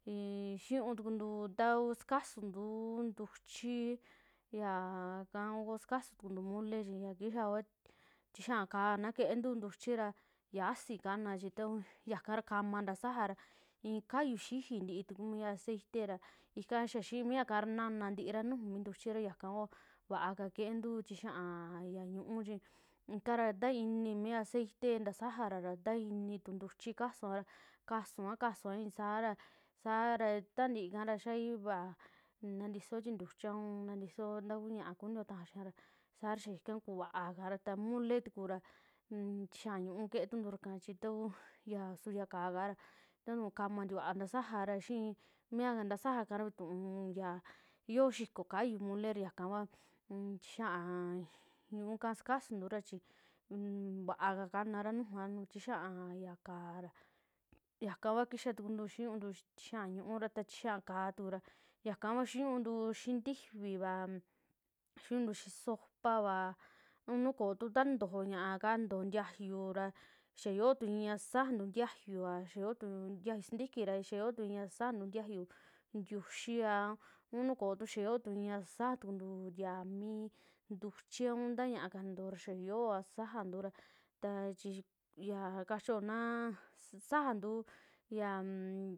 Ie xinuu tukuntu ta uu sukasuntuu ntuchi yaka, akoo sukasun tukuntu mole ya kixa kua tixiika keentu ntuchi ra yaasi kana chi tau yaka kama ntasajaa ra ii kayu xijii ntii kumii aceite ra ika, xaa xii miaka ra nana ntiraa nuju mi ntuchi ñakakua vaa ka keentu tixiia ya ñuu chi ikara ta ini mi aceite ntasajara ra ta ini tu ntuchi kasuaa, kasuaa, kasuaa i'i saara, sara tantii ika ra xaii vaa ntitisoo tintuchi a un ntatisotuo nta kuu ñaa kunio taajao xia, saa ra xaa ika kuvaa ikara, ta mole tukura un tixiaa ñu'u kee tuntura ika chi ta uu ya, su ya kaa kara nta nuu kama vaa ntasajaa, ya xii mia ntasajaa kara vituu yaa xio xikoo kayu mole ra yaka kua un tixiaa ñu'u ka sakusuntura chi un vaa ka kanara nujua, nu tixiaa kaa ra yaka kua kixa tukuntu xiniuuntu tixiaa ra, ta tixiaa ka'a tukura xiniuntu xii ntifi vaa, xiniuntu xii sopavaa un nuu kootu ntojoo ñaa kaa, ntojo ntiayu ra xaa yoo tu i'i ya sisajantu ntiayuva, xaa yoo tu ntiayu sintiki ra, xaa yoo tu i'ia sisajantu ntiayu ntiuxiiaa au nuu koo tu, xaa yoo tu i'a sisijantuu ya mi ntichia un ntañaaka nintojo ra xaa yioa ssasajantu ra taa chi ya kacho naa sisajantu yaun.